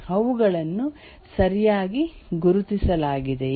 ಅವುಗಳನ್ನು ಸರಿಯಾಗಿ ಗುರುತಿಸಲಾಗಿದೆಯೇ